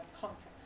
Context